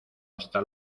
hasta